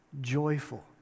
Joyful